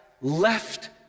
left